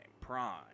Prime